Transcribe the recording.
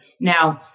Now